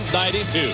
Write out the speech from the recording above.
92